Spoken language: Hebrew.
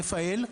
רפא"ל.